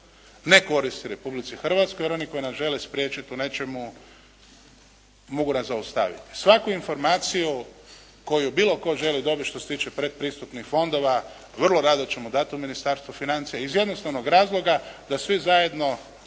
ne koristi Republici Hrvatskoj, jer oni koji nas žele spriječit u nečemu mogu nas zaustaviti. Svaku informaciju koju bilo tko želi dobiti što se tiče predpristupnih fondova, vrlo rado ćemo dat u Ministarstvu financija iz jednostavnog razloga da svi zajedno